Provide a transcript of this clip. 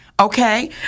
Okay